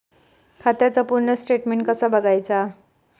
खात्याचा पूर्ण स्टेटमेट कसा बगायचा?